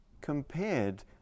compared